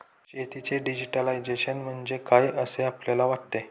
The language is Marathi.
शेतीचे डिजिटायझेशन म्हणजे काय असे आपल्याला वाटते?